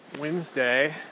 Wednesday